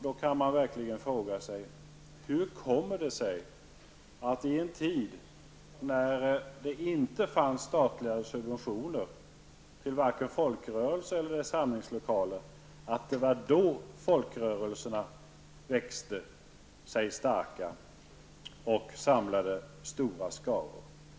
Då kan man verkligen ställa frågan: Hur kommer det sig att det var i en tid när det inte fanns statliga subventioner till vare sig folkrörelser eller samlingslokaler som folkrörelserna växte sig starka och samlade stora skaror?